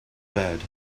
bed